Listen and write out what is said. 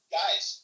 guys